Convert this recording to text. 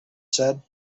said